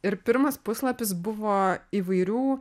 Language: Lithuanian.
ir pirmas puslapis buvo įvairių